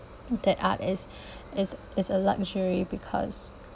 that art is is is a luxury because